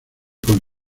con